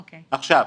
עכשיו,